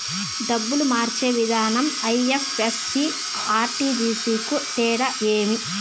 డబ్బులు మార్చే విధానం ఐ.ఎఫ్.ఎస్.సి, ఆర్.టి.జి.ఎస్ కు తేడా ఏమి?